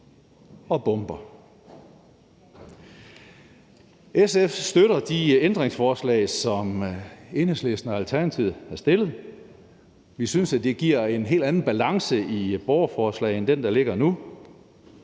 og bomber. SF støtter de ændringsforslag, som Enhedslisten og Alternativet har stillet. Vi synes, at det giver en helt anden balance i borgerforslaget end den, der er nu.